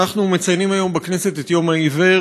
אנחנו מציינים היום בכנסת את יום העיוור,